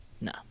no